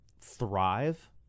thrive